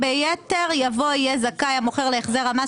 תקציב המשרד לביטחון לאומי לשנת 2023 יהיה 22 מיליארד ו-700 מיליון